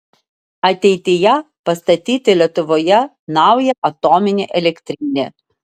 ateityje pastatyti lietuvoje naują atominę elektrinę